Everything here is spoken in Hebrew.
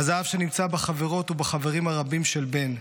הזהב שנמצא בחברות ובחברים הרבים של בן.